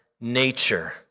nature